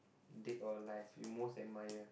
dead or alive you most admire